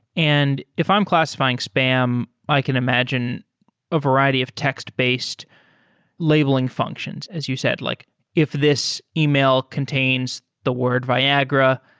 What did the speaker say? and if i'm classifying spam, i can imagine a variety of text-based labeling functions. as you said, like if this email contains the word viagra,